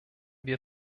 wir